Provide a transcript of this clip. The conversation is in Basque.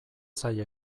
zaie